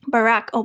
Barack